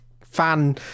fan